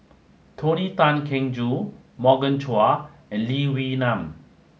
Tony Tan Keng Joo Morgan Chua and Lee Wee Nam